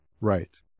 Right